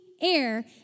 air